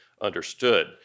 understood